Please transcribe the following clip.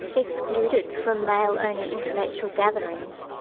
excluded from male-only intellectual gatherings,